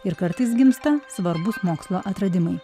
ir kartais gimsta svarbūs mokslo atradimai